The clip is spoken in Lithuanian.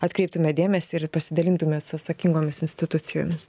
atkreiptume dėmesį ir pasidalintume su atsakingomis institucijomis